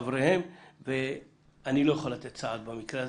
חבריהם ואני לא יכול לתת סעד במקרה הזה.